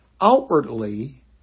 Outwardly